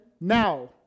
now